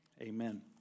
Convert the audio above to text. Amen